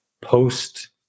post